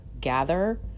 gather